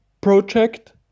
project